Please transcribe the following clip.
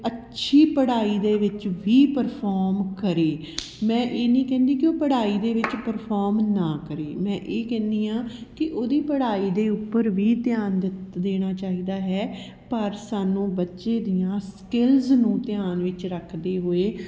ਅੱਛੀ ਪੜ੍ਹਾਈ ਦੇ ਵਿੱਚ ਵੀ ਪਰਫੋਮ ਕਰੇ ਮੈਂ ਇਹ ਨਹੀਂ ਕਹਿੰਦੀ ਕਿ ਉਹ ਪੜ੍ਹਾਈ ਦੇ ਵਿੱਚ ਪਰਫੋਮ ਨਾ ਕਰੇ ਮੈਂ ਇਹ ਕਹਿੰਦੀ ਹਾਂ ਕਿ ਉਹਦੀ ਪੜ੍ਹਾਈ ਦੇ ਉੱਪਰ ਵੀ ਧਿਆਨ ਦਿੱਤਾ ਦੇਣਾ ਚਾਹੀਦਾ ਹੈ ਪਰ ਸਾਨੂੰ ਬੱਚੇ ਦੀਆਂ ਸਕਿੱਲਸ ਨੂੰ ਧਿਆਨ ਵਿੱਚ ਰੱਖਦੇ ਹੋਏ